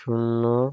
শূন্য